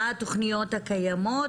מה התוכניות הקיימות?